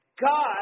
God